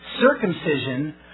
Circumcision